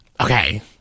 okay